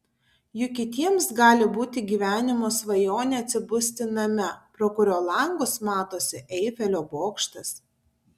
juk kitiems gali būti gyvenimo svajonė atsibusti name pro kurio langus matosi eifelio bokštas